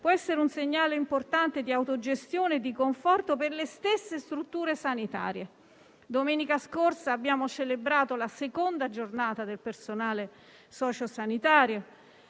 essere un segnale importante di autogestione e di conforto per le stesse strutture sanitarie. Domenica scorsa abbiamo celebrato la seconda Giornata nazionale del personale sociosanitario.